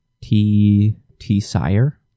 T-T-Sire